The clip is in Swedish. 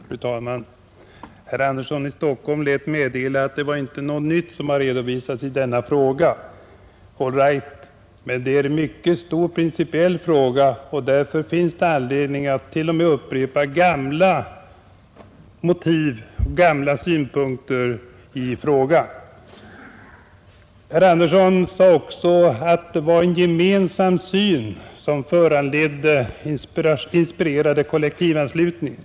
Fru talman! Herr Andersson i Stockholm lät meddela att det inte var något nytt som redovisats i denna fråga. All right, men det är en mycket stor principiell fråga, och därför finns det anledning att t.o.m. upprepa gamla motiv och gamla synpunkter i frågan. Herr Andersson sade också att det var en gemensam politisk syn som inspirerade kollektivanslutningen.